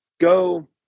go